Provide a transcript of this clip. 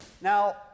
Now